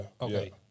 Okay